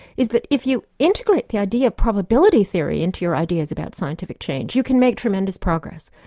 is that if you integrate the idea of probability theory into your ideas about scientific change, you can make tremendous progress.